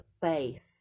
faith